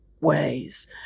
ways